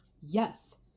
Yes